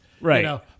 Right